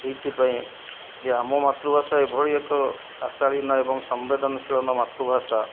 ଏଇଥିପାଇଁ ଯେ ଆମ ମାତୃଭାଷା ଏଭଳି ଏକ ଆଶାଳୀନ ଏବଂ ସମ୍ବେଦନଶୀଳନ ମାତୃଭାଷା